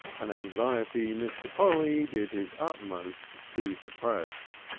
an anxiety mr. polly did his utmost to suppress.